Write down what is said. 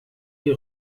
die